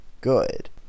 good